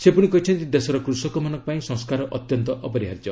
ସେ ପୁଣି କହିଛନ୍ତି ଦେଶର କୃଷକମାନଙ୍କ ପାଇଁ ସଂସ୍କାର ଅତ୍ୟନ୍ତ ଅପରିହାର୍ଯ୍ୟ